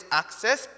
access